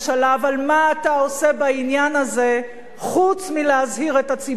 אבל מה אתה עושה בעניין הזה חוץ מלהזהיר את הציבור?